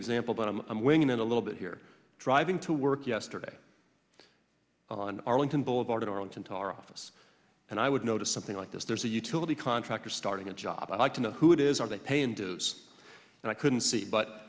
example but i'm winging it a little bit here driving to work yesterday on arlington boulevard in arlington tar office and i would notice something like this there's a utility contractor starting a job i'd like to know who it is are they paying dues and i couldn't see but